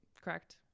Correct